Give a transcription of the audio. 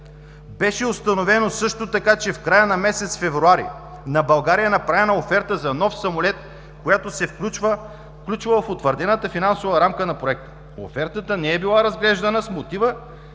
„Беше установено също така, че в края на месец февруари на България е направена оферта за нов самолет, която се включва в утвърдената финансова рамка на Проекта“. Офертата не е била разглеждана с мотива,